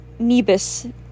nebus